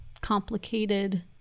complicated